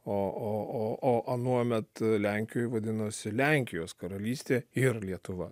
o o o o anuomet lenkijoj vadinosi lenkijos karalystė ir lietuva